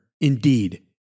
Indeed